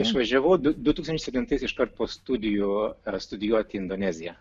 išvažiavau du du tūkstančiai septintais iškart po studijų studijuoti į indoneziją